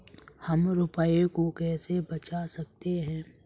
हम रुपये को कैसे बचा सकते हैं?